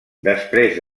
després